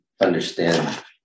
understand